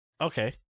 okay